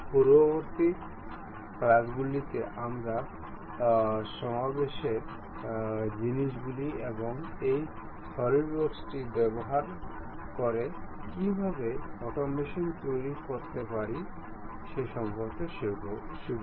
পরবর্তী ক্লাসগুলিতে আমরা সমাবেশের জিনিসগুলি এবং এই সলিডওয়ার্কস টি ব্যবহার করে কীভাবে অটোমেশন তৈরি করতে পারি সে সম্পর্কে শিখব